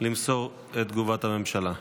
למסור את תגובת הממשלה.